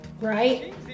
right